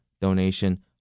donation